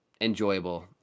enjoyable